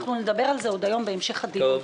אנחנו נדבר על זה בהמשך הדיון.